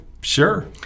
sure